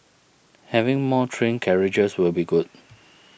having more train carriages will be good